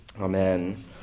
Amen